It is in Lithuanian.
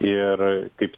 ir kaip